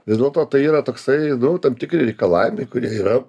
vis dėlto tai yra toksai daug tam tikri reikalavimai kurie yra